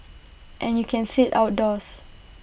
and you can sit outdoors